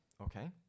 Okay